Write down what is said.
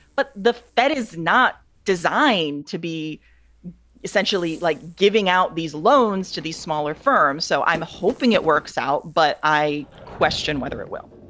but the fed is not designed to be essentially like giving out these loans to these smaller firms. so i'm hoping it works out. but i question whether it will.